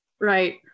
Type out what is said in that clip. Right